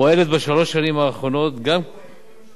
פועלת בשלוש השנים האחרונות גם היו ממשלות,